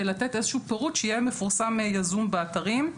לתת איזשהו פירוט שיהיה מפורסם יזום באתרים.